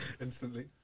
Instantly